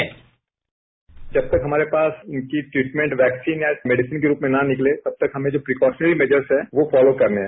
sound byte जब तक हमारे पास इनकी ट्रीटमेंट वैक्सीन या मेडिसन के रूप में ना निकले तब तक हमें जो प्रिकॉशनरी मैजर्स हैं वो फॉलो करने हैं